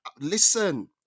Listen